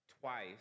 twice